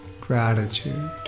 gratitude